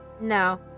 No